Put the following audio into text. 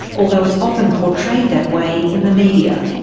although it's often portrayed that way in the media.